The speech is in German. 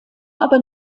aber